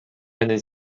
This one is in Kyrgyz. менен